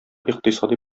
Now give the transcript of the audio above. икътисади